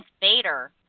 Vader